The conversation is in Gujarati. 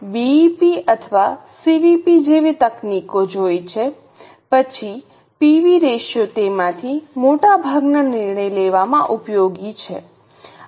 આપણે બીઇપી અથવા સીવીપી જેવી તકનીકો જોઇ છે પછી પીવી રેશિયો તેમાંથી મોટાભાગના નિર્ણય લેવામાં ઉપયોગી છે